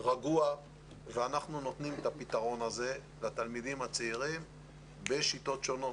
ורגוע ואנחנו נותנים את הפתרון הזה לתלמידים הצעירים בשיטות שונות,